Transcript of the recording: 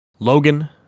Logan